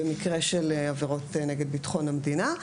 במקרה של עבירות נגד ביטחון המדינה.